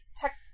tech